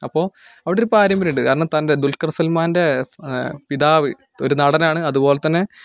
അപ്പോൾ അവിടെ ഒരു പാരമ്പര്യം ഉണ്ട് കാരണം തൻ്റെ ദുൽഖർ സൽമാൻ്റെ പിതാവ് ഒരു നടനാണ് അതുപോലെ തന്നെ